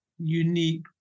unique